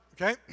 okay